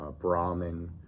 Brahmin